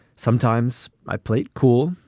sometimes i play it cool.